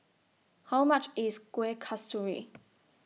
How much IS Kuih Kasturi